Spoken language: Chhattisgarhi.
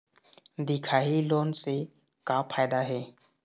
दिखाही लोन से का फायदा हे?